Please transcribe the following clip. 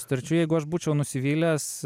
sutarčių jeigu aš būčiau nusivylęs